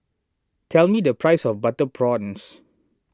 tell me the price of Butter Prawns